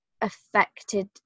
affected